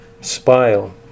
spile